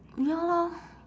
ya lor